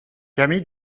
cami